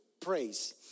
praise